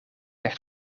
echt